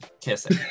kissing